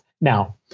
Now